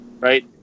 Right